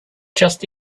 just